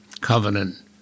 Covenant